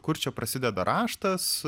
kur čia prasideda raštas